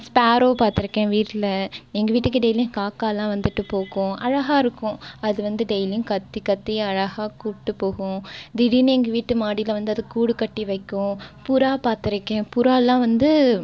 Sparrow பார்த்திருக்கேன் வீட்டில் எங்கள் வீட்டுக்கு டெய்லியும் காக்காலாம் வந்துவிட்டு போகும் அழகாக இருக்கும் அது வந்து டெய்லியும் கத்தி கத்தி அழகாக கூப்பிட்டு போகும் திடீர்னு எங்கள் வீட்டு மாடியில் வந்து அது கூடு கட்டி வைக்கும் புறா பார்த்திருக்கேன் புறாலாம் வந்து